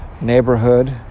neighborhood